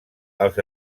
els